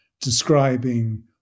describing